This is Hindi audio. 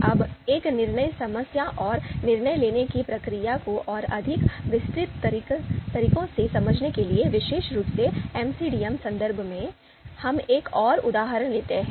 अब एक निर्णय समस्या और निर्णय लेने की प्रक्रिया को और अधिक विस्तृत तरीके से समझने के लिए विशेष रूप से एमसीडीएम संदर्भ में हम एक और उदाहरण लेते हैं